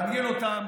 מעניין אותם